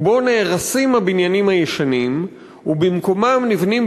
ובו נהרסים הבניינים הישנים ובמקומם נבנים